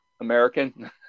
American